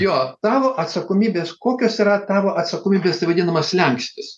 jo tavo atsakomybės kokios yra tavo atsakomybės vadinamas slenkstis